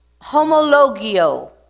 homologio